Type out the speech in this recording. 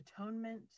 atonement